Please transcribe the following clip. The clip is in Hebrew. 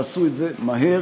תעשו את זה מהר,